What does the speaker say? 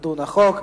יידון החוק.